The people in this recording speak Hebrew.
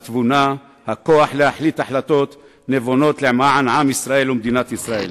התבונה והכוח להחליט החלטות נבונות למען עם ישראל ומדינת ישראל,